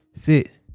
fit